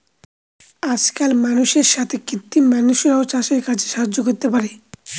আজকাল মানুষের সাথে কৃত্রিম মানুষরাও চাষের কাজে সাহায্য করতে পারে